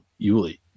Yuli